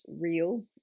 real